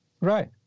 Right